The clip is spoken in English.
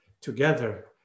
together